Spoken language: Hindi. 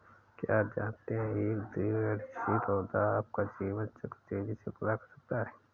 क्या आप जानते है एक द्विवार्षिक पौधा अपना जीवन चक्र तेजी से पूरा कर सकता है?